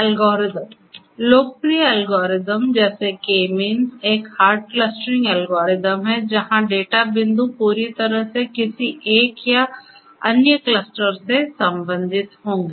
algorithm लोकप्रिय algorithm जैसे K means एक हार्ड क्लस्टरिंग एल्गोरिथ्म है जहां डेटा बिंदु पूरी तरह से किसी एक या अन्य क्लस्टर से संबंधित होंगे